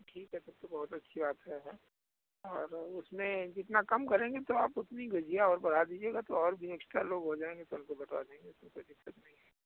ठीक है फिर तो बहुत अच्छी बात है और उसमें जितना कम करेंगे तो आप उतनी गुझिया और बढ़ा दीजिएगा तो और भी एक्स्ट्रा लोग हो जाएंगे तो हम तो बता देंगे तो कोई दिक्कत नहीं है